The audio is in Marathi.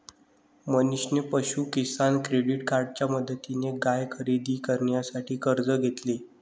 मनीषने पशु किसान क्रेडिट कार्डच्या मदतीने गाय खरेदी करण्यासाठी कर्ज घेतले